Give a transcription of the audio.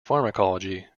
pharmacology